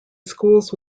schools